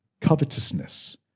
covetousness